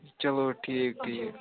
چلو ٹھیٖک ٹھیٖک